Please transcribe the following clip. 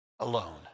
alone